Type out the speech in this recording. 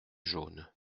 jaunes